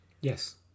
Yes